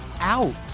out